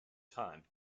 time